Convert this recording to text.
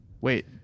Wait